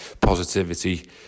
positivity